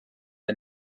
der